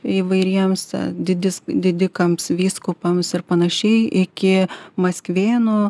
įvairiems didis didikams vyskupams ir panašiai iki maskvėnų